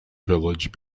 village